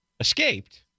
escaped